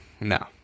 No